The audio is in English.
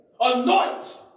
anoint